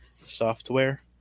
software